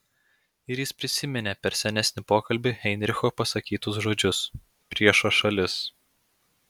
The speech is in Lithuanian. ir jis prisiminė per senesnį pokalbį heinricho pasakytus žodžius priešo šalis